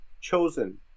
chosen